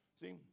See